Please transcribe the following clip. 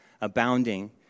abounding